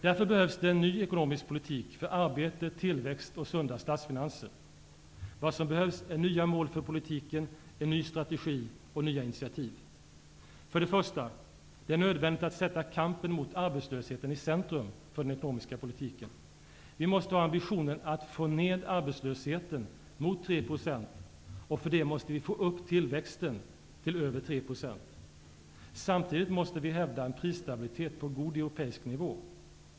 Därför behövs det en ny ekonomisk politik för arbete, tillväxt och sunda statsfinanser. Vad som behövs är nya mål för politiken, en ny strategi och nya initiativ. För det första: Det är nödvändigt att sätta kampen mot arbetslösheten i centrum för den ekonomiska politiken. Vi måste ha ambitionen att få ned arbetslösheten mot 3 %, och för det måste vi få upp tillväxten till över 3 %. Samtidigt måste vi hävda en prisstabilitet på god europeisk nivå.